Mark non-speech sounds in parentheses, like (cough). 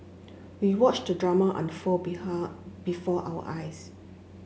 we watched the drama unfold (unintelligible) before our eyes